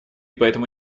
поэтому